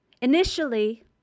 Initially